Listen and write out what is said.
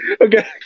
Okay